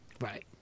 Right